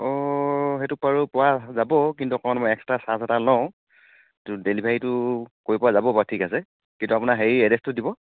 অ' সেইটো বাৰু পোৱা যাব কিন্তু অকণমান এক্সট্ৰা চাৰ্জ এটা লওঁ ডেলিভাৰীটো কৰিব পৰা যাব বাৰু ঠিক আছে কিন্তু আপোনাৰ হেৰি এড্ৰেছটো দিব